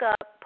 up